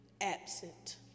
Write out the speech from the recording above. Absent